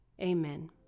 Amen